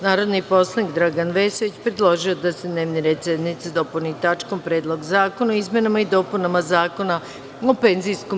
Narodni poslanik Dragan Vesović predložio je da se dnevni red sednice dopuni tačkom Predlog zakona o izmenama i dopunama Zakona o PIO.